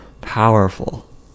powerful